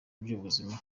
by’ubuzima